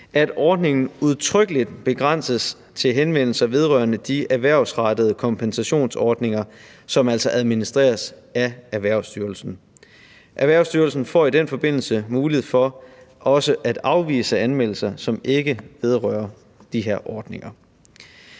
at ordningen udtrykkeligt begrænses til henvendelser vedrørende de erhvervsrettede kompensationsordninger, som altså administreres af Erhvervsstyrelsen. Erhvervsstyrelsen får i den forbindelse også mulighed for at afvise anmeldelser, som ikke vedrører de her ordninger.